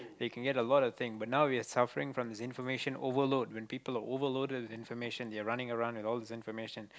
they can get a lot of thing but now we are suffering from this information overload when people are overload with information you're running around with all this information